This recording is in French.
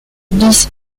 bis